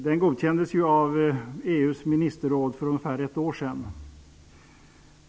Det godkändes av EU:s ministerråd för ungefär ett år sedan.